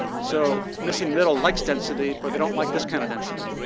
so missing middle likes density, but they don't like this kind of density.